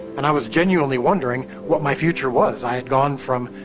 and i was genuinely wondering, what my future was. i had gone from,